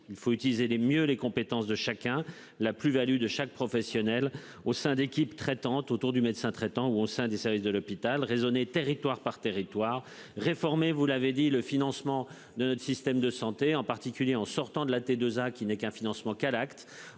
il faut utiliser les mieux les compétences de chacun. La plus-Value de chaque professionnel au sein d'équipe traitante autour du médecin traitant ou au sein des services de l'hôpital raisonner, territoire par territoire. Réformer, vous l'avez dit, le financement de notre système de santé en particulier en sortant de la T2A, qui n'est qu'un financement qu'à l'acte